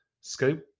scope